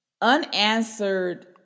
Unanswered